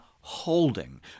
holding